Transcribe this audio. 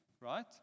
right